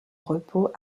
repos